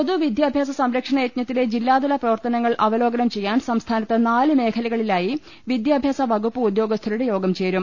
പൊതുവിദ്യാഭ്യാസ സംരക്ഷണ യജ്ഞത്തിലെ ജില്ലാതല പ്രവർത്തനങ്ങൾ അവലോകനം ചെയ്യാൻ സംസ്ഥാനത്ത് നാല് മേഖലകളിലായി വിദ്യാഭ്യാസ വകുപ്പ് ഉദ്യോഗസ്ഥരുടെ യോഗം ചേരും